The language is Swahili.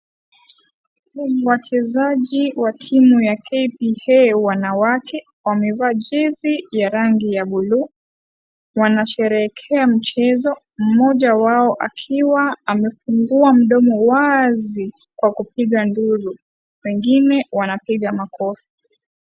Wachezaji wa timu ya kpa wanawake wamevaa jezi ya rangi ya bluu. Wanasherehekea mchezo mmoja wao akiwa amefungua mdomo wazi kwa kupiga nduru. Wengine wanapiga makofi.